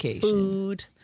food